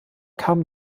kam